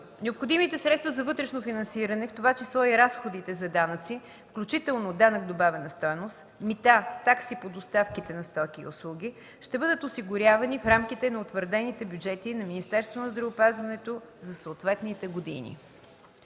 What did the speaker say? Необходимите средства за вътрешно финансиране, в това число и разходите за данъци (включително данък добавена стойност), мита, такси по доставките на стоки и услуги, ще бъдат осигурявани в рамките на утвърдените бюджети на Министерството на здравеопазването за съответните години.